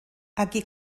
aquí